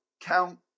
count